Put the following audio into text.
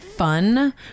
Fun